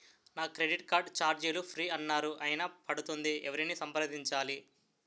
నా credit card ఛార్జీలు free అన్నారు అయినా పడుతుంది ఎవరిని సంప్రదించాలి?